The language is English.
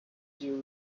serial